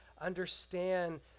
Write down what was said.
understand